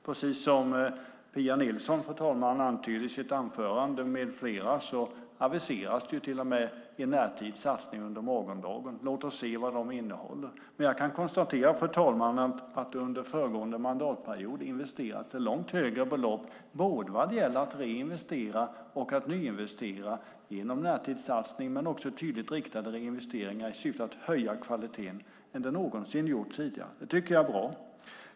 Precis som Pia Nilsson med flera antydde i sina anföranden aviseras det till och med en närtidssatsning under morgondagen. Låt oss se vad den innehåller. Fru talman! Under förra mandatperioden investerades det långt högre belopp både vad det gäller reinvestering och nyinvestering genom närtidssatsning men också tydligt riktade reinvesteringar i syfte att höja kvaliteten än det någonsin gjorts tidigare. Det var bra.